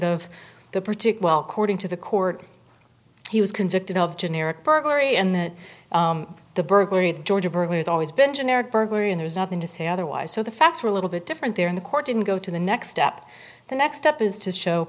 of the particular according to the court he was convicted of generic burglary and the the burglary in georgia has always been generic burglary and there's nothing to say otherwise so the facts are a little bit different there in the court didn't go to the next step the next step is to show